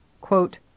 quote